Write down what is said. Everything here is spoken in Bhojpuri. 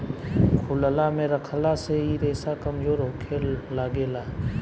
खुलला मे रखला से इ रेसा कमजोर होखे लागेला